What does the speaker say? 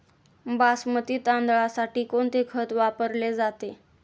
बासमती तांदळासाठी कोणते खत वापरले जाते?